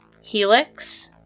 Helix